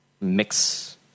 mix